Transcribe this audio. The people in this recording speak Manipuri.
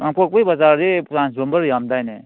ꯀꯥꯡꯄꯣꯛꯄꯤ ꯕꯖꯥꯔꯗꯤ ꯇ꯭ꯔꯥꯟꯁꯐꯣꯔꯃꯔ ꯌꯥꯝꯗꯥꯏꯅꯦ